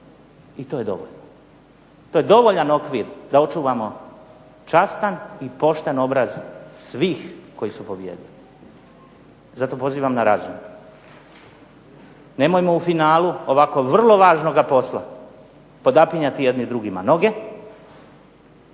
I to je dovoljno. To je dovoljan okvir da očuvamo častan i pošten obraz svih koji su pobijedili. Zato pozivam na razum. Nemojmo u finalu ovako vrlo važnoga posla podapinjati jedni drugima noge,